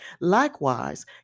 Likewise